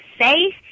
safe